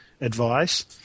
advice